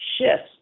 shifts